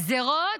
הגזרות,